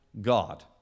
God